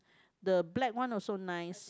the black one also nice